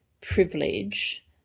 privilege